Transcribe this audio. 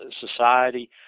society